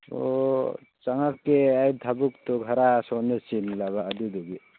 ꯑꯣ ꯆꯪꯉꯛꯀꯦ ꯑꯩ ꯊꯕꯛꯇꯣ ꯈꯔ ꯁꯣꯟꯗ ꯆꯤꯟꯂꯕ ꯑꯗꯨꯗꯨꯒꯤ